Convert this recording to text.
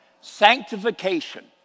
Sanctification